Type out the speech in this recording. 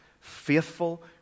faithful